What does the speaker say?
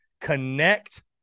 Connect